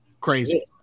crazy